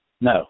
No